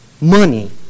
money